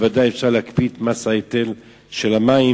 בוודאי אפשר להקפיא את מס ההיטל של המים.